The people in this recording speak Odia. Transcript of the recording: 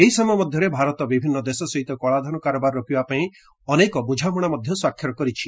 ଏହି ସମୟ ମଧ୍ୟରେ ଭାରତ ବିଭିନ୍ନ ଦେଶ ସହିତ କଳାଧନ କାରବାର ରୋକିବା ପାଇଁ ଅନେକ ବୁଝାମଣା ସ୍ୱାକ୍ଷର କରିଛି